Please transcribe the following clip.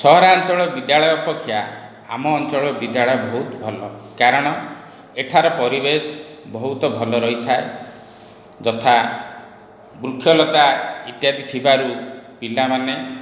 ସହରାଞ୍ଚଳ ବିଦ୍ୟାଳୟ ଅପେକ୍ଷା ଆମ ଅଞ୍ଚଳର ବିଦ୍ୟାଳୟ ବହୁତ ଭଲ କାରଣ ଏଠାର ପରିବେଶ ବହୁତ ଭଲ ରହିଥାଏ ଯଥା ବୃକ୍ଷଲତା ଇତ୍ୟାଦି ଥିବାରୁ ପିଲାମାନେ